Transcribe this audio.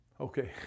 Okay